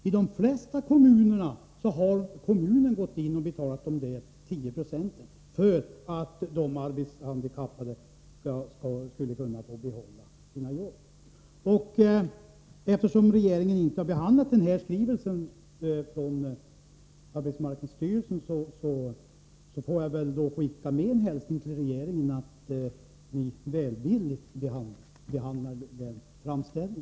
I de flesta fall har kommunen gått in och betalat de 10 procenten för att de arbetshandikappade skall kunna få behålla sina jobb. Eftersom regeringen inte har behandlat skrivelsen från arbetsmarknadsstyrelsen vill jag skicka med en hälsning till regeringen att den välvilligt behandlar denna framställning.